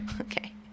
Okay